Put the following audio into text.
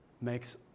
makes